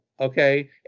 Okay